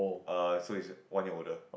err so is one year older